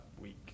week